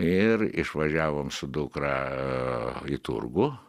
ir išvažiavom su dukra į turgų